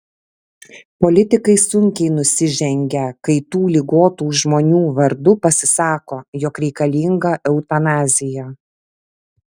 politikai sunkiai nusižengia kai tų ligotų žmonių vardu pasisako jog reikalinga eutanazija